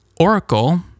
Oracle